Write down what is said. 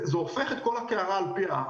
זה הופך את כל הקערה על פיה.